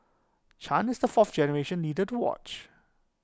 chan is the fourth generation leader to watch